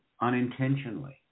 unintentionally